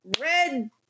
red